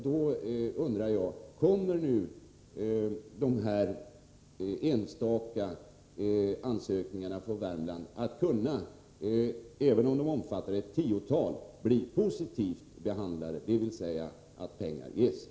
Då undrar jag: Kommer dessa enstaka ansökningar från Värmland, även om de uppgår till ett tiotal, att kunna bli positivt behandlade, dvs. få pengar anvisade?